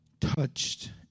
touched